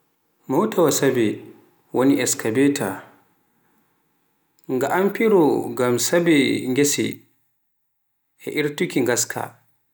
mootaawa woni eskabeta, nga amfiro ngam sabe ngesa ko irtuki ngaska.